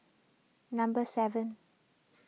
number seven